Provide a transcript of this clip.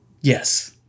Yes